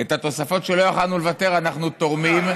את התוספות שלא יכולנו לוותר עליהן אנחנו תורמים.